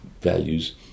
values